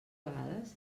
vegades